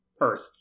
earth